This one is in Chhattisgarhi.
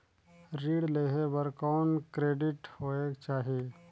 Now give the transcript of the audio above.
ऋण लेहे बर कौन क्रेडिट होयक चाही?